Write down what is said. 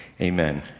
Amen